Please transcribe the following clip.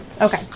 Okay